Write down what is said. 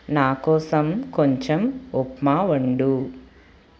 నాకోసం కొంచెం ఉప్మా వండు